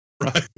right